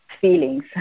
feelings